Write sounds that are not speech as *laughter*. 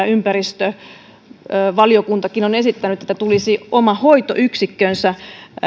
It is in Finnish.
*unintelligible* ympäristövaliokuntakin on esittänyt että tulisi oma hoitoyksikkönsä